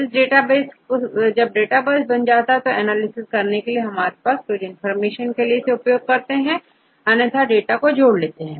और जब डेटाबेस बन जाता है एनालिसिस करने के लिए और कुछ इंफॉर्मेशन के लिए इसे उपयोग किया जा सकता है अन्यथा डाटा को जोड़ा जा सकता है